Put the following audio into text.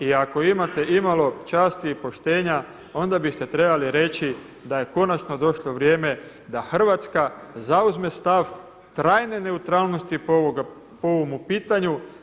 I ako imate imalo časti i poštenja onda biste trebali reći da je konačno došlo vrijeme da Hrvatska zauzme stav trajne neutralnosti po ovomu pitanju.